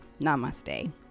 Namaste